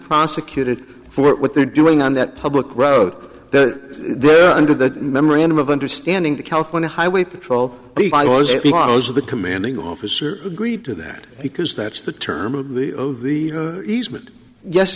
prosecuted for what they're doing on that public road that they're under the memorandum of understanding the california highway patrol was it because of the commanding officer agreed to that because that's the term of the of the easement yes